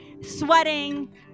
sweating